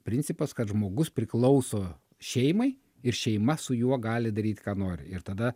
principas kad žmogus priklauso šeimai ir šeima su juo gali daryt ką nori ir tada